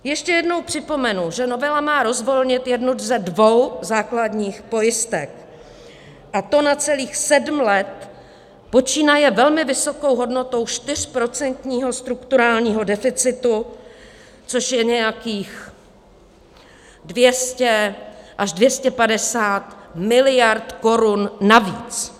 Ještě jednou připomenu, že novela má rozvolnit jednu ze dvou základních pojistek, a to na celých sedm let počínaje velmi vysokou hodnotou čtyřprocentního strukturálního deficitu, což je nějakých 200 až 250 mld. korun navíc.